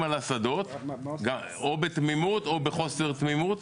על השדות או בתמימות או בחוסר תמימות.